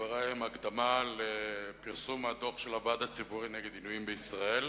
דברי הם הקדמה לפרסום הדוח של הוועד הציבורי נגד עינויים בישראל,